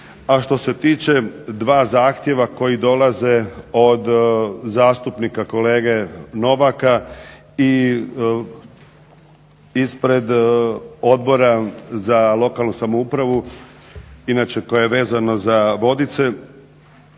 A što se tiče dva zahtjeva koji dolaze od zastupnika kolege Novaka i ispred Odbora za lokalnu samoupravu, inače koje je vezano za Vodice,